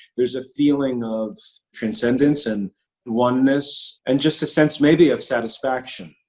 there's a feeling of transcendence and oneness, and just a sense, maybe, of satisfaction.